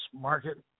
market